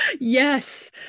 Yes